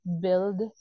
build